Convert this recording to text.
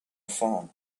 phone